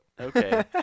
okay